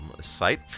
site